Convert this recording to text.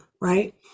right